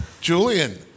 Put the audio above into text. Julian